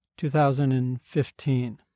2015